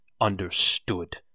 understood